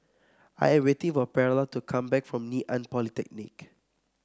I am waiting for Perla to come back from Ngee Ann Polytechnic